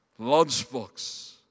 Lunchbox